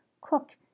cook